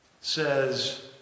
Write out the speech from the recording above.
says